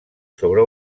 sobre